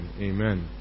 Amen